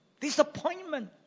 disappointment